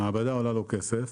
המעבדה עולה לו כסף.